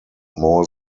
more